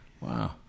Wow